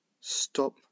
Stop